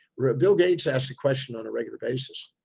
bill gates asks the question on a regular basis.